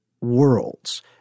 worlds